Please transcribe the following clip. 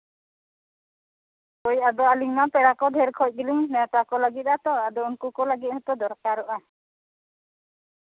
ᱦᱳᱭ ᱟᱫᱚ ᱟᱞᱤᱧ ᱢᱟ ᱯᱮᱲᱟ ᱠᱚ ᱰᱷᱮᱨ ᱚᱠᱚᱡ ᱠᱚᱞᱤᱧ ᱱᱮᱶᱛᱟ ᱠᱚ ᱞᱟᱹᱜᱤᱫ ᱛᱚ ᱟᱫᱚ ᱩᱱᱠᱩ ᱠᱚ ᱞᱟᱹᱜᱤᱫ ᱦᱚᱸᱛᱚ ᱫᱚᱨᱠᱟᱨᱚᱜᱼᱟ